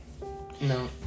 No